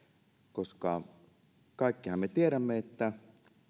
koska kaikkihan me tiedämme että